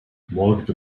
mortgage